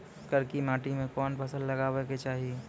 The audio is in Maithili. करकी माटी मे कोन फ़सल लगाबै के चाही?